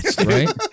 right